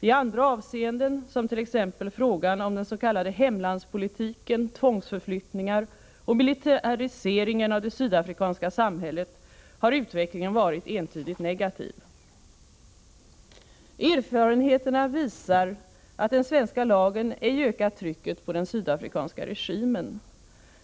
I andra avseenden, t.ex. i fråga om den s.k. hemlandspolitiken, tvångsförflyttningar och militäriseringen av det sydafrikanska samhället, har utvecklingen varit entydigt negativ. Erfarenheterna visar att den svenska lagen ej ökat trycket på den sydafrikanska regimen.